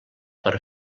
per